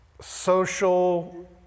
social